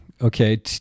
okay